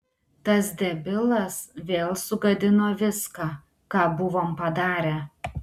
tas debilas vėl sugadino viską ką buvom padarę